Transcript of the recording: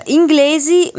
inglesi